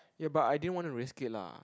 ya but I didn't want to risk it lah